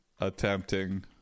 attempting